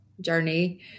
journey